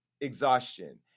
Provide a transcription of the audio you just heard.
exhaustion